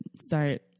start